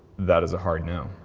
that is a hard no.